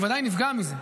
הוא ודאי נפגע מזה,